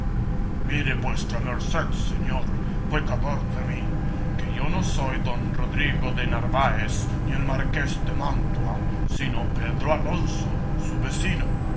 mire vuestra merced señor pecador de mí que yo no soy don rodrigo de narváez ni el marqués de mantua sino pedro alonso su vecino